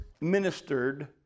ministered